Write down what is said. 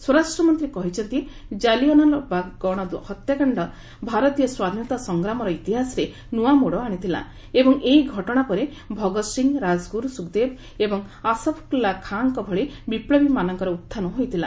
ସ୍ୱରାଷ୍ଟ୍ର ମନ୍ତ୍ରୀ କହିଛନ୍ତି କାଲିୟାନାୱାଲାବାଗ୍ ଗଣ ହତ୍ୟାକାଣ୍ଡ ଭାରତୀୟ ସ୍ୱାଧୀନତା ସଂଗ୍ରାମର ଇତିହାସରେ ନୂଆ ମୋଡ଼ ଆଣିଥିଲା ଏବଂ ଏହି ଘଟଣା ପରେ ଭଗତ୍ ସିଂ ରାଜଗୁରୁ ସୁଖଦେବ ଏବଂ ଆଶ୍ଫାକୁଲା ଖାଁଙ୍କ ଭଳି ବିପ୍ଳବୀମାନଙ୍କର ଉତ୍ଥାନ ହୋଇଥିଲା